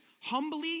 Humbly